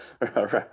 right